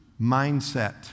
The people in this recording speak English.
mindset